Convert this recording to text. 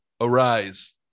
arise